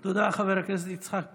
תודה, חבר הכנסת יצחק פינדרוס.